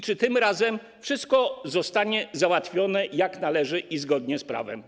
Czy tym razem wszystko zostanie załatwione jak należy i zgodnie z prawem?